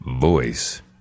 voice